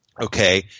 Okay